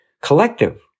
collective